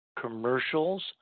commercials